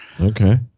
Okay